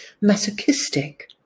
masochistic